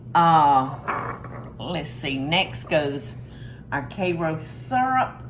ah let's see. next goes our carob syrup.